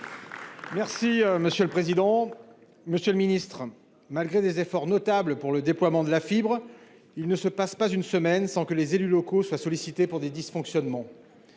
Merci monsieur le président. Monsieur le Ministre, malgré des efforts notables pour le déploiement de la fibre. Il ne se passe pas une semaine sans que les élus locaux soient sollicités pour des dysfonctionnements.